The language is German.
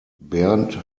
bernd